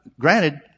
granted